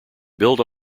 build